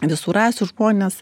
visų rasių žmones